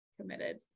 committed